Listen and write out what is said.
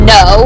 no